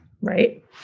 right